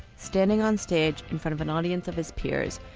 standing on stage in front of an audience of his peers,